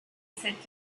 said